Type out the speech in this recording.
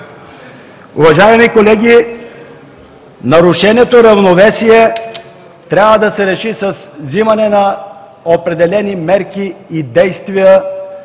Уважаеми колеги, нарушеното равновесие трябва да се реши с взимане на определени мерки и действия